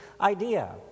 idea